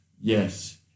Yes